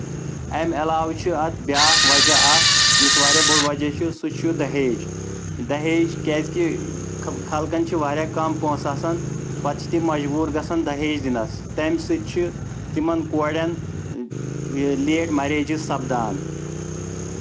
اَمہِ علاوٕ چھِ اَتھ بیاکھ وجہہ اکھ یُس واریاہ بوٚڑ وجہہ چُھ سُہ چھُ دَہیج دَہیج کیٚازِ کہِ خلکن چھِ واریاہ کَم پونٛسہٕ آسان پَتہٕ چھ تِم مجبوٗر گژھان دَہیج دِنَس تَمہِ سۭتۍ چھ تِمن کورین یہِ لیٹ میٚریجز سَپدان